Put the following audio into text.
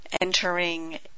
entering